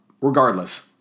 regardless